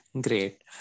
Great